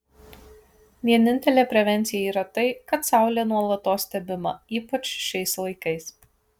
vienintelė prevencija yra tai kad saulė nuolatos stebima ypač šiais laikais